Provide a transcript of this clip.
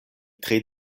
tre